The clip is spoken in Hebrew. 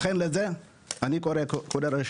לכן אני קורא להביא